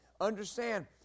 understand